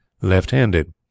left-handed